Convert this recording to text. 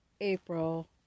April